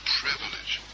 privilege